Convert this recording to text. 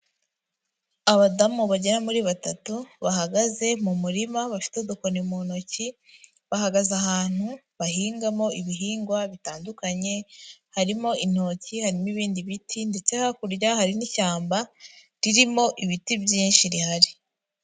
Abadamu bagera muri batatu bahagaze mu murima bafite udukoni mu ntoki, bahagaze ahantu bahingamo ibihingwa bitandukanye harimo intoki, harimo ibindi biti ndetse hakurya hari n'ishyamba ririmo ibiti byinshi rihari.